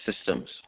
systems